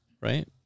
Right